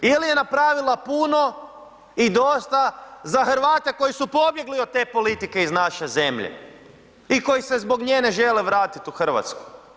Ili je napravila puno i dosta za Hrvate koji su pobjegli od te politike iz naše zemlje i koji se zbog nje ne žele vratit u RH?